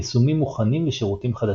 יישומים מוכנים ושירותים חדשים.